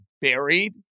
buried